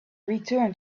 return